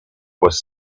was